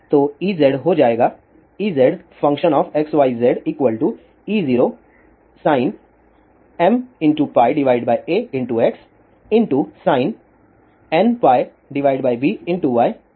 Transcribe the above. तो Ez हो जाएगा EzxyzE0sin mπax sin nπby e γz